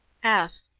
f.